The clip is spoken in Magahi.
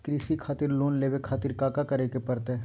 कृषि खातिर लोन लेवे खातिर काका करे की परतई?